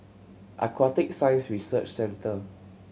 Aquatic Science Research Centre